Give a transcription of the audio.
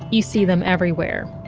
you see them everywhere.